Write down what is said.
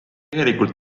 tegelikult